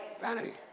vanity